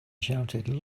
shouted